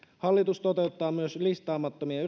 hallitus toteuttaa myös listaamattomien